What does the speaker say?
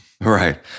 Right